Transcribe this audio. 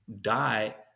die